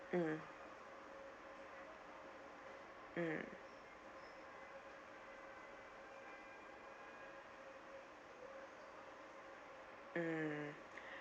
mmhmm mmhmm mm